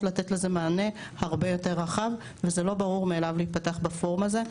לתת לזה מענה הרבה יותר רחב וזה לא ברור מאליו להיפתח בפורום הזה.